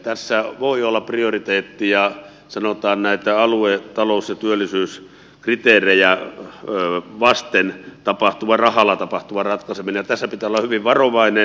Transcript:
tässä voi olla prioriteettina sanotaan näitä alue talous ja työllisyyskriteerejä vasten rahalla tapahtuva ratkaiseminen ja tässä pitää olla hyvin varovainen